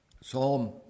Psalm